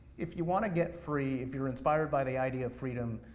if you wanna get free, if you're inspired by the idea of freedom,